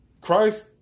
Christ